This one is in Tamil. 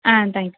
ah thank you